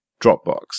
Dropbox